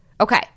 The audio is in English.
Okay